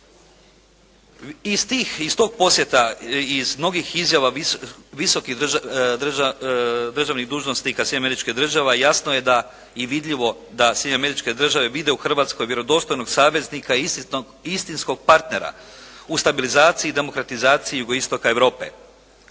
iz tog posjeta, iz mnogih izjava visokih državnih dužnosnika Sjedinjenih Američkih Država jasno je da i vidljivo da Sjedinjene Američke Države vide u Hrvatskoj vjerodostojnog saveznika i istinskog partnera u stabilizaciji i demokratizaciji jugoistoka Europe.